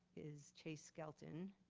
is chase skelton.